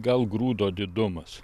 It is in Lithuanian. gal grūdo didumas